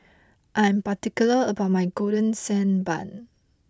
I am particular about my Golden Sand Bun